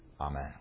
Amen